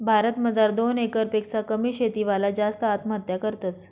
भारत मजार दोन एकर पेक्शा कमी शेती वाला जास्त आत्महत्या करतस